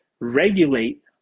regulate